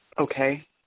okay